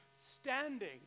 standing